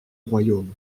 royaume